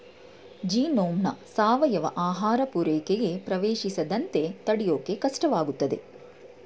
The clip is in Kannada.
ಜೀನೋಮ್ನ ಸಾವಯವ ಆಹಾರ ಪೂರೈಕೆಗೆ ಪ್ರವೇಶಿಸದಂತೆ ತಡ್ಯೋಕೆ ಕಷ್ಟವಾಗ್ತದೆ